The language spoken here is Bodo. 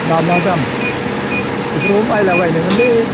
मा मा दाम बेफोरखौनो बायला बायनोमोनलै